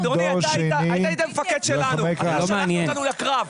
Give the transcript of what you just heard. אדוני, אתה היית המפקד שלנו, אתה שלחת אותנו לקרב.